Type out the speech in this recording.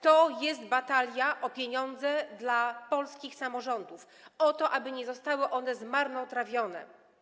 To jest batalia o pieniądze dla polskich samorządów, o to, aby nie zostały one zmarnotrawione.